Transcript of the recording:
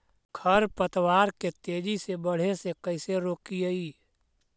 खर पतवार के तेजी से बढ़े से कैसे रोकिअइ?